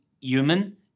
human